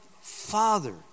father